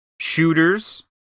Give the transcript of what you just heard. shooters